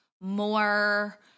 more